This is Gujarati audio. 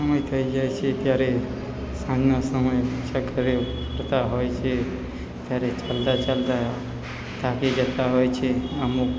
સમય થઈ જાય છે ત્યારે સાંજના સમયે જ્યાં ઘરે ફરતા હોય છે ત્યારે ચાલતા ચાલતા થાકી જતા હોય છે અમુક